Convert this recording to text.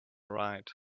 right